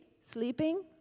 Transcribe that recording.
sleeping